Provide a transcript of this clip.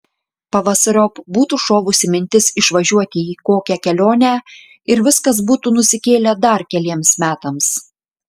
pavasariop būtų šovusi mintis išvažiuoti į kokią kelionę ir viskas būtų nusikėlę dar keliems metams